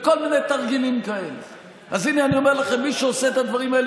מה עושים?